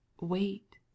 Wait